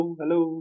hello